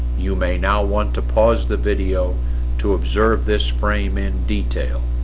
you may now want to pause the video to observe this frame in detail